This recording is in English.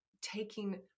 taking